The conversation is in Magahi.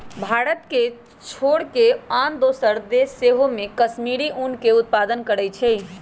भारत के छोर कऽ आन दोसरो देश सेहो कश्मीरी ऊन के उत्पादन करइ छै